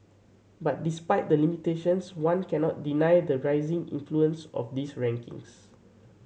but despite the limitations one cannot deny the rising influence of these rankings